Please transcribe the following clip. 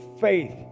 faith